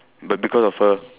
but because of her